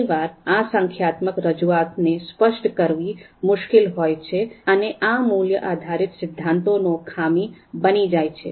ઘણી વાર આ સંખ્યાત્મક રજૂઆતને સ્પષ્ટ કરવી મુશ્કેલ હોય છે અને આ મૂલ્ય આધારિત સિદ્ધાંતોનો ખામી બની જાય છે